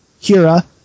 Hira